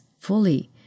fully